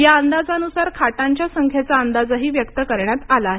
या अंदाजानुसार खाटांच्या संख्येचा अंदाजही व्यक्त करण्यात आला आहे